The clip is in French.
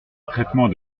traitement